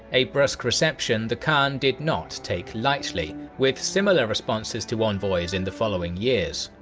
a brusque reception the khan did not take lightly, with similar responses to envoys in the following years.